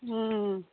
ହୁଁ